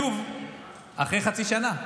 שוב אחרי חצי שנה.